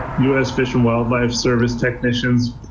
u s fish and wildlife service technicians,